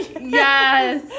Yes